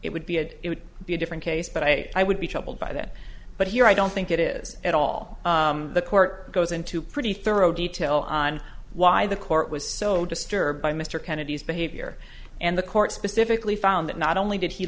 it would be a it would be a different case but i i would be troubled by that but here i don't think it is at all the court goes into pretty thorough detail on why the court was so disturbed by mr kennedy's behavior and the court specifically found that not only did he